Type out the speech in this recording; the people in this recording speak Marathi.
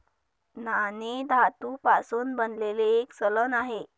नाणे धातू पासून बनलेले एक चलन आहे